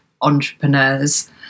entrepreneurs